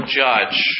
judge